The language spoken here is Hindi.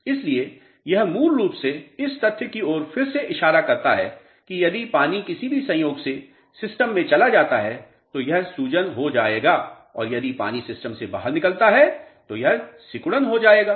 इसलिए यह मूल रूप से इस तथ्य की ओर फिर से इशारा करता है कि यदि पानी किसी भी संयोग से सिस्टम में चला जाता है तो यह सूजन हो जाएगा और यदि पानी सिस्टम से बाहर निकलता है तो यह सिकुड़न हो जाएगा